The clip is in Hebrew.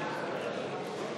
מצביעה